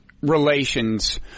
relations